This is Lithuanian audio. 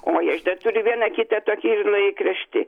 oi aš dar turiu vieną kitą ir laikraštį